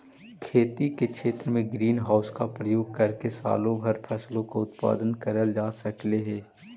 खेती के क्षेत्र में ग्रीन हाउस का प्रयोग करके सालों भर फसलों का उत्पादन करल जा सकलई हे